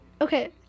okay